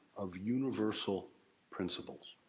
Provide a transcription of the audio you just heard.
of universal principles.